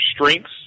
strengths